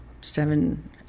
Seven